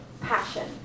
passion